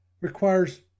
requires